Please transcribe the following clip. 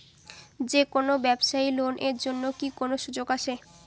যে কোনো ব্যবসায়ী লোন এর জন্যে কি কোনো সুযোগ আসে?